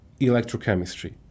electrochemistry